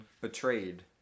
betrayed